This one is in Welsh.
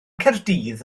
caerdydd